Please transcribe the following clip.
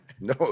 no